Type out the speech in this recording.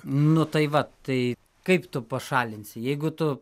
nu tai va tai kaip tu pašalinsi jeigu tu